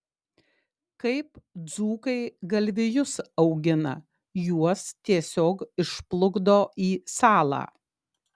kaip dzūkai galvijus augina juos tiesiog išplukdo į salą